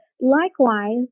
Likewise